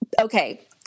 Okay